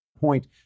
point